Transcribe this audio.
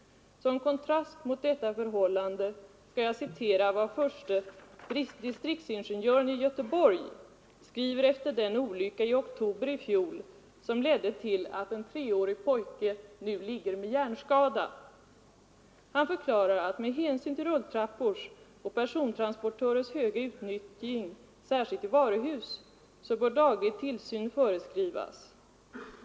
Som kontrast till detta kan jag citera vad förste distriktsingenjören i Göteborg skriver efter den olycka i oktober i fjol som ledde till att en treårs pojke nu ligger med hjärnskada. Inspektören förklarade att med hänsyn till rulltrappornas och persontransportörernas höga utnyttjande, särskilt i varuhus, bör daglig tillsyn föreskrivas.